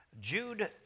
Jude